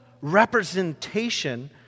representation